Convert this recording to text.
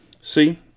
See